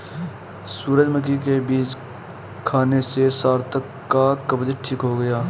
सूरजमुखी के बीज खाने से सार्थक का कब्ज ठीक हो गया